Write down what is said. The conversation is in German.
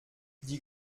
die